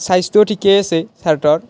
চাইজটো ঠিকেই আছে চাৰ্টৰ